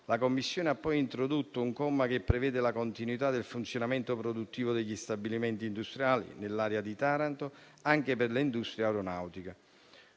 La Commissione ha poi introdotto un comma che prevede la continuità del funzionamento produttivo degli stabilimenti industriali nell'area di Taranto anche per l'industria aeronautica.